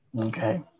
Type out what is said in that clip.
Okay